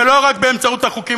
ולא רק באמצעות החוקים